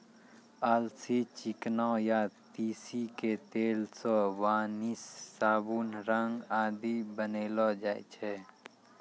अलसी, चिकना या तीसी के तेल सॅ वार्निस, साबुन, रंग आदि बनैलो जाय छै